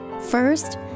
First